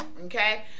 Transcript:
okay